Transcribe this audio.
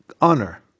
honor